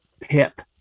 PIP